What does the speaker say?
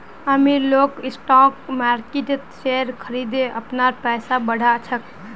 अमीर लोग स्टॉक मार्किटत शेयर खरिदे अपनार पैसा बढ़ा छेक